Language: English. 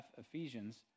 Ephesians